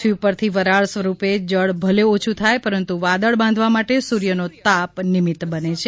પૃથ્વી ઉપરથી વરાળ સ્વરૂપે જળ ભલે ઓછુ થાય પરંતુ વાદળ બાંધવા માટે સૂર્યનો તાપ નિમિત બને છે